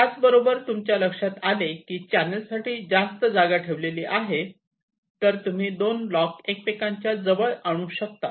त्याचबरोबर तुमच्या लक्षात आले की चॅनेलसाठी जास्त जागा ठेवलेली आहे तर तुम्ही 2 ब्लॉक एकमेकांच्या जवळ आणू शकतात